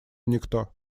никто